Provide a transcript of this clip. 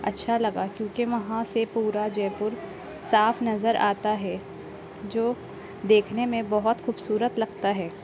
اچھا لگا کیونکہ وہاں سے پورا جے پور صاف نظر آتا ہے جو دیکھنے میں بہت خوبصورت لگتا ہے